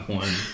one